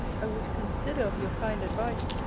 i would consider of your kind advice.